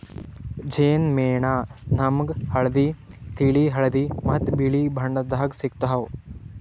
ಜೇನ್ ಮೇಣ ನಾಮ್ಗ್ ಹಳ್ದಿ, ತಿಳಿ ಹಳದಿ ಮತ್ತ್ ಬಿಳಿ ಬಣ್ಣದಾಗ್ ಸಿಗ್ತಾವ್